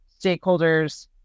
stakeholders